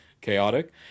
chaotic